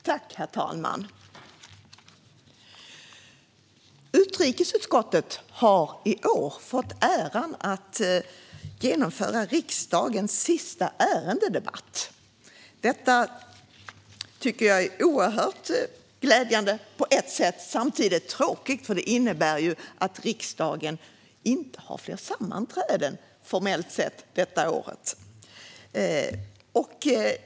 Herr talman! Utrikesutskottet har i år fått äran att genomföra riksdagens sista ärendedebatt. Det är oerhört glädjande på ett sätt. Samtidigt är det tråkigt, för det innebär ju att riksdagen formellt sett inte har fler sammanträden detta år.